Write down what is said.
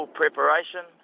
preparation